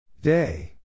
Day